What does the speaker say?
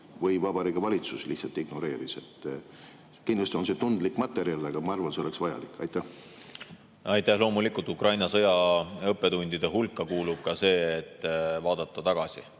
Või Vabariigi Valitsus lihtsalt ignoreeris. Kindlasti on see tundlik materjal, aga ma arvan, et seda oleks vajalik [teada]. Aitäh! Loomulikult, Ukraina sõja õppetundide hulka kuulub ka see, et vaadata ajas